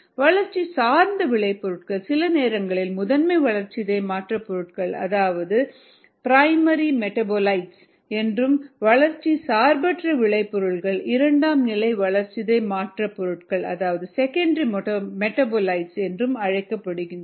வளர்ச்சி சார்ந்த விளைபொருட்கள் சில நேரங்களில் முதன்மை வளர்சிதை மாற்ற பொருட்கள் அதாவது பிரைமரி மெடாபோலிட்ஸ் என்றும் வளர்ச்சி சார்பற்ற விளைபொருட்கள் இரண்டாம் நிலை வளர்சிதை மாற்ற பொருட்கள் அதாவது செகண்டரி மெடாபோலிட்ஸ் என்றும் அழைக்கப்படுகின்றன